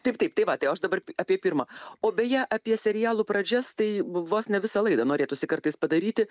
taip taip tai va tai o aš dabar apie pirmą o beje apie serialų pradžias tai vos ne visą laidą norėtųsi kartais padaryti